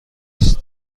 است